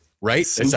right